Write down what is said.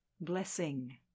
Blessing